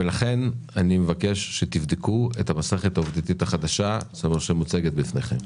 ולכן אני מבקש שתבדקו את המסכת העובדתית החדשה שמוצגת בפניכם.